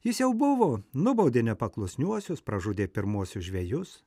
jis jau buvo nubaudė nepaklusniuosius pražudė pirmuosius žvejus